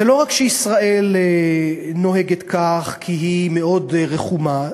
לא רק ישראל נוהגת כך כי היא מאוד רחומה,